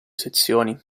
sezioni